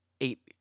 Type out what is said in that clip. eight